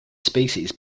species